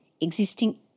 existing